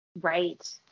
Right